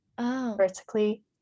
vertically